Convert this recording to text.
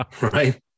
Right